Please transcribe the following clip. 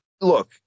look